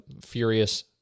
Furious